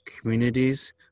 communities